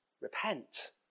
repent